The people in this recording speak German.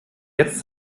jetzt